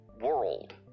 world